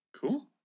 Cool